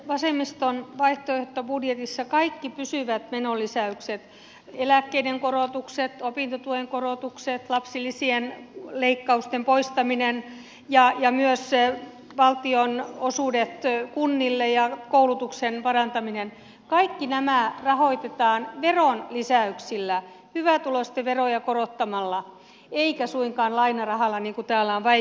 vasemmiston vaihtoehtobudjetissa kaikki pysyvät menolisäykset eläkkeiden korotukset opintotuen korotukset lapsilisien leikkausten poistaminen ja myös valtionosuudet kunnille ja koulutuksen parantaminen kaikki nämä rahoitetaan veron lisäyksillä hyvätuloisten veroja korottamalla eikä suinkaan lainarahalla niin kuin täällä on väitetty